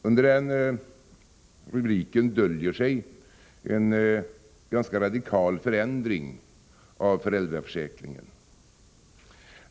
Under den rubriken döljer sig en ganska radikal förändring av föräldraförsäkringen.